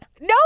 No